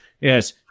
Yes